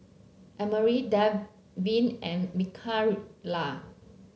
Emery Dalvin and Mikaila